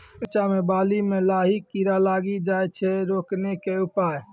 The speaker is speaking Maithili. रिचा मे बाली मैं लाही कीड़ा लागी जाए छै रोकने के उपाय?